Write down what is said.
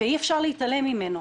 ואי אפשר להתעלם ממנו.